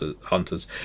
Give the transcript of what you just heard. hunters